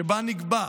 שבה נקבע: